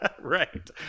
Right